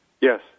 Yes